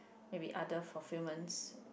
maybe other fulfillment